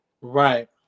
Right